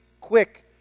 quick